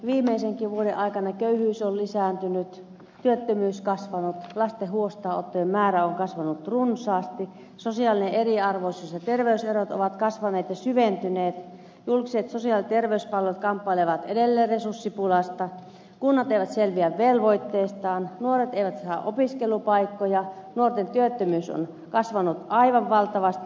viimeisenkin vuoden aikana köyhyys on lisääntynyt työttömyys kasvanut lasten huostaanottojen määrä on kasvanut runsaasti sosiaalinen eriarvoisuus ja terveyserot ovat kasvaneet ja syventyneet julkiset sosiaali ja terveyspalvelut kamppailevat edelleen resurssipulasta kunnat eivät selviä velvoitteistaan nuoret eivät saa opiskelupaikkoja nuorten työttömyys on kasvanut aivan valtavasti